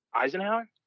Eisenhower